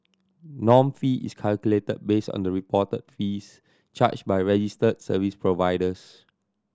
norm fee is calculated based on the reported fees charged by registered service providers